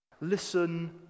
listen